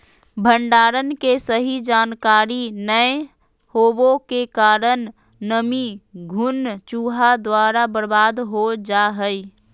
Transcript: भंडारण के सही जानकारी नैय होबो के कारण नमी, घुन, चूहा द्वारा बर्बाद हो जा हइ